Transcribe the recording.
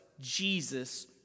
Jesus